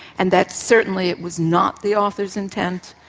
and that certainly it was not the author's intent,